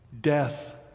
Death